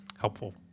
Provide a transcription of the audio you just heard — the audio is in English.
helpful